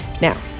Now